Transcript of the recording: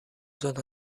zone